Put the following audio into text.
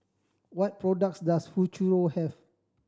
what products does Futuro have